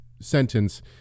sentence